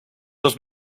los